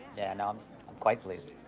yeah no, i'm quite pleased.